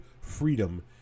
freedom